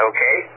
Okay